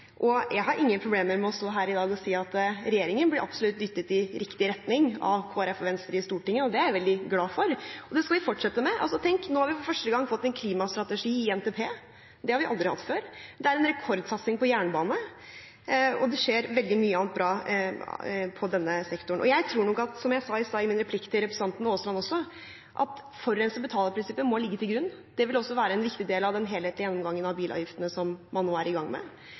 Jeg har ingen problemer med å stå her i dag og si at regjeringen absolutt blir dyttet i riktig retning av Kristelig Folkeparti og Venstre i Stortinget. Det er jeg veldig glad for. Og det skal vi fortsette med – tenk, nå har vi for første gang fått en klimastrategi i NTP. Det har vi aldri hatt før. Det er en rekordsatsing på jernbane, og det skjer veldig mye annet bra på denne sektoren. Jeg tror nok, som jeg sa i stad i min replikk til representanten Aasland også, at forurenser betaler-prinsippet må ligge til grunn. Det vil være en viktig del av den helhetlige gjennomgangen av bilavgiftene som man nå er i gang med.